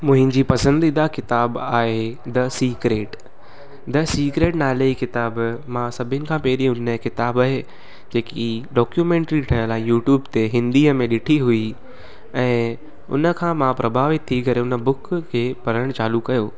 मुंहिंजी पसंदीदा किताबु आहे द सिक्रेट द सिक्रेट नाले किताबु मां सभिनि खां पहिरीं हुन किताबु खे जेकी डॉक्यूमेंटरी ठहियलु आहे यूट्यूब ते हिंदीअ में ॾिठी हुई ऐं हुनखां मां प्रभावित थी करे हुन बुक खे पढ़ण चालू कयो